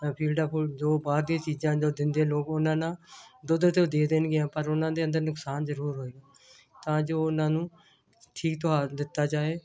ਆ ਫੀਡਾਂ ਫੀਡ ਬਾਅਦ ਦੀਆਂ ਚੀਜ਼ਾਂ ਜੋ ਦਿੰਦੇ ਲੋਕ ਉਹਨਾਂ ਨਾਲ ਦੁੱਧ ਤਾਂ ਉਹ ਦੇ ਦੇਣਗੀਆ ਪਰ ਉਹਨਾਂ ਦੇ ਅੰਦਰ ਨੁਕਸਾਨ ਜ਼ਰੂਰ ਹੋਏਗਾ ਤਾਂ ਜੋ ਉਹਨਾਂ ਨੂੰ ਠੀਕ ਤੁਹਾਰ ਦਿੱਤਾ ਜਾਵੇ